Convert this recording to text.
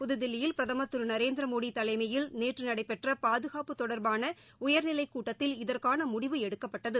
புதுதில்லியில் பிரதமர் திரு நரேந்திர மோடி தலைமையில் நேற்று நடைபெற்ற பாதுகாப்பு தொடர்பான உயர்நிலைக் கூட்டத்தில் இதற்கான முடிவு எடுக்கப்பட்டது